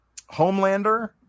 Homelander